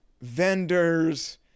vendors